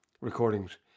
recordings